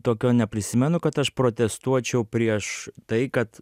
tokio neprisimenu kad aš protestuočiau prieš tai kad